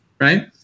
right